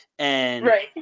Right